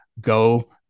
Go